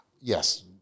yes